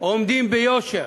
עומדים ביושר,